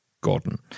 Gordon